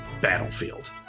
battlefield